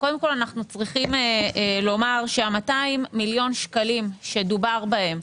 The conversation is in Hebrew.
יש לומר שה-200 מילון שקלים שדובר בהם,